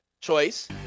choice